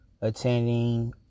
attending